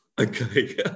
Okay